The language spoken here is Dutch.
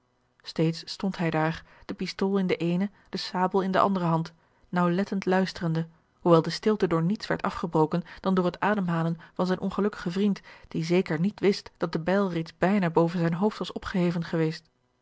steeds stond hij daar de pistool in de eene de sabel in de andere hand naauwlettend luisterende hoewel de stilte door niets werd afgebroken dan door het ademhalen van zijn ongelukkigen vriend die zeker niet wist dat de bijl reeds bijna boven zijn hoofd was opgeheven geweest